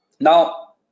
now